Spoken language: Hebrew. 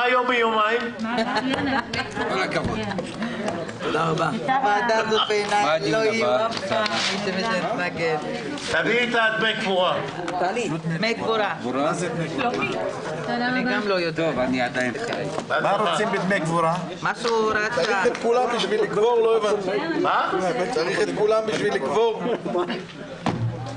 12:15.